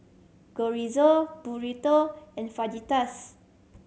Chorizo Burrito and Fajitas